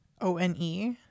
O-N-E